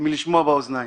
ממשמע אוזניים".